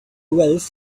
wealth